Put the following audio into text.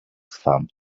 thumb